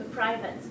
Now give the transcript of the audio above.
Private